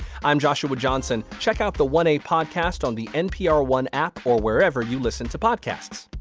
i'm joshua johnson. check out the one a podcast on the npr one app or wherever you listen to podcasts